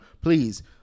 Please